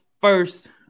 First